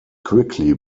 quickly